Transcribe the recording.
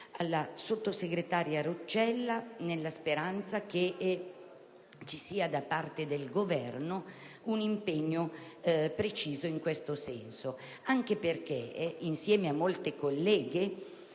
alla sottosegretaria Roccella, nella speranza che ci sia da parte del Governo un impegno preciso in questo senso. Inoltre, insieme a molte colleghe,